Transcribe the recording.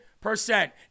percent